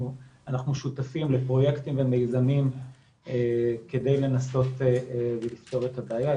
אנחנו שותפים לפרויקטים ומיזמים כדי לנסות לפתור את הבעיה.